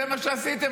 זה מה שעשיתם.